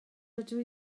dydw